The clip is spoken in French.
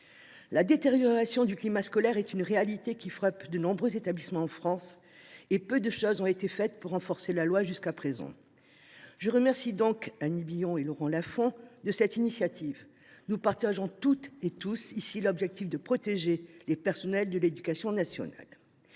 La détérioration du climat scolaire est une réalité qui frappe de nombreux établissements en France. Peu de choses ont été faites pour renforcer la loi jusqu’à présent. Je remercie donc Annick Billon et Laurent Lafon de cette initiative. Nous partageons toutes et tous ici l’objectif de protéger les personnels de l’éducation nationale.